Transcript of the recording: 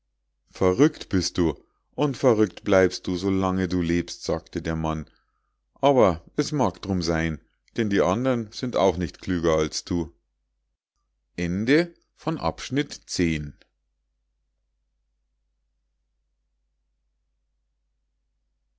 verrückt bist du und verrückt bleibst du so lange du lebst sagte der mann aber es mag drum sein denn die andern sind auch nicht klüger als du